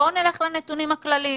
בואו נלך לנתונים הכללים.